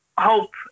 hope